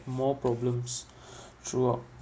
more problems throughout